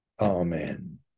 Amen